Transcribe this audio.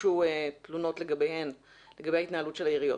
הוגשו תלונות לגבי ההתנהלות שלהן.